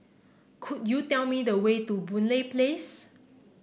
could you tell me the way to Boon Lay Place